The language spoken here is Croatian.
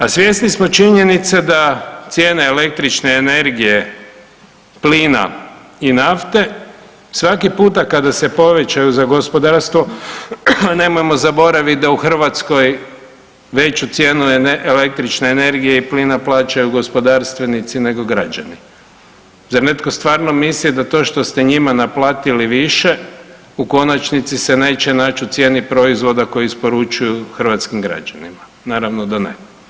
A svjesni smo činjenice da cijene električne energije, plina i nafte svaki puta kada se povećaju za gospodarstvo, nemojmo zaboravit da u Hrvatskoj veću cijenu električne energije i plina plaćaju gospodarstvenici nego građani, zar netko stvarno misli da to što ste njima naplatili više u konačnici se nać u cijeni proizvoda koje isporučuju hrvatskim građanima, naravno da ne.